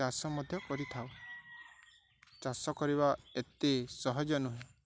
ଚାଷ ମଧ୍ୟ କରିଥାଉ ଚାଷ କରିବା ଏତେ ସହଜ ନୁହେଁ